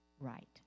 right